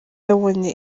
yabonye